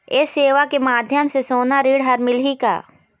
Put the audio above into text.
ये सेवा के माध्यम से सोना ऋण हर मिलही का?